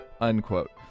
Unquote